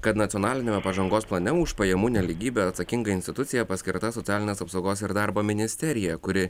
kad nacionaliniame pažangos plane už pajamų nelygybę atsakinga institucija paskirta socialinės apsaugos ir darbo ministerija kuri